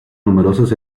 numerosas